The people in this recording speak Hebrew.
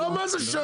לא מה זה,